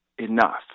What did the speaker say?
enough